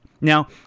Now